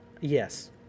Yes